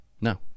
No